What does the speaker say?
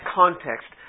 context